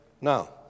Now